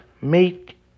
Make